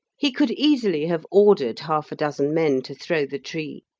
he could easily have ordered half-a-dozen men to throw the tree,